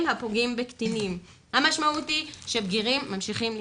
הפוגעים בקטינים; המשמעות היא שבגירים ממשיכים לפגוע.